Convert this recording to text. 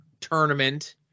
tournament